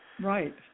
Right